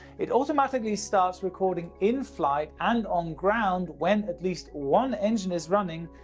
it automatically starts recording in flight and on ground, when at least one engine is running,